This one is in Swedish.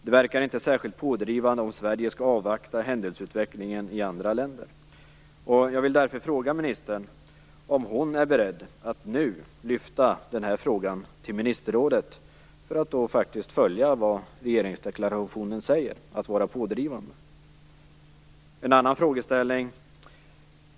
Det verkar inte särskilt pådrivande om Sverige skall avvakta händelseutvecklingen i andra länder. Jag vill därför fråga ministern om hon är beredd att nu lyfta upp den här frågan till ministerrådet för att följa vad regeringsdeklarationen säger, nämligen att vara pådrivande. Sedan vill jag ta upp en annan frågeställning.